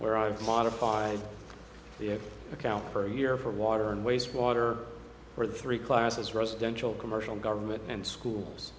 where i've modified the account per year for water and waste water for the three classes residential commercial government and schools